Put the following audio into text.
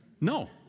No